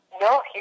No